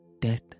death